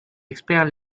experts